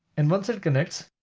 and once it connects,